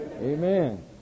Amen